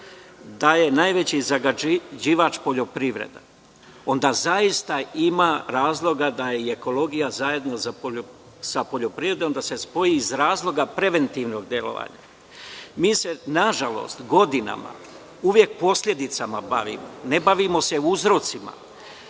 da je najveći zagađivač poljoprivreda, onda zaista ima razloga da i ekologija zajedno sa poljoprivrednom se spoji iz razloga preventivnog delovanja. Mi se nažalost godinama uvek posledicama bavimo. Ne bavimo se uzrocima.